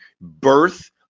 birth